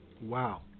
Wow